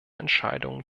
entscheidungen